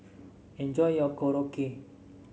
enjoy your Korokke